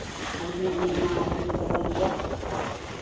ᱟᱹᱞᱤᱧ ᱦᱚᱸ ᱦᱟᱸᱜ ᱤᱱᱟᱹᱜ ᱢᱟ ᱟᱹᱞᱤᱧ ᱦᱚᱞᱤᱧ ᱫᱚᱦᱚᱭ ᱜᱮᱭᱟ